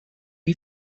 you